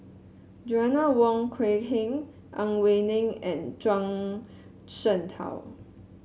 Joanna Wong Quee Heng Ang Wei Neng and Zhuang Shengtao